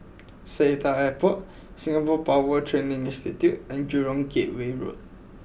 Seletar Airport Singapore Power Training Institute and Jurong Gateway Road